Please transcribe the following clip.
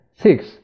Six